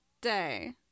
day